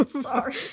Sorry